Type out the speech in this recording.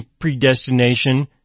predestination